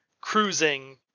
cruising